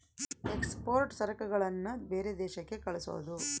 export ಸರಕುಗಳನ್ನ ಬೇರೆ ದೇಶಕ್ಕೆ ಕಳ್ಸೋದು